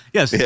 Yes